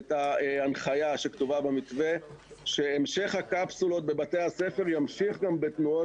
את ההנחיה שכתובה במתווה שהמשך הקפסולות בבתי הספר ימשיך גם בתנועות